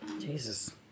Jesus